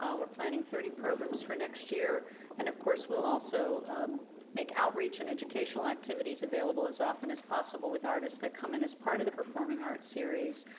we're planning thirty programs for next year and, of course, we'll also make outreach and educational activities available as often as possible with artists that come in as part of the performing arts series.